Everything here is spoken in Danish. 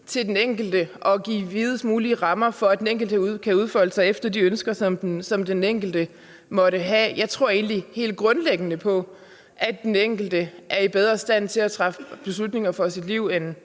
til den enkelte og give de videst mulige rammer for, at den enkelte kan udfolde sig efter de ønsker, som den enkelte måtte have. Jeg tror egentlig helt grundlæggende på, at den enkelte bedre er i stand til at træffe beslutninger for sit liv, end